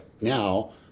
now